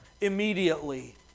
immediately